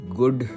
good